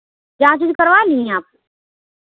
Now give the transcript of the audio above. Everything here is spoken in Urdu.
چانچ واچ کروا لیے ہیں آپ